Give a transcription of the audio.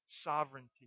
sovereignty